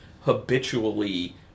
habitually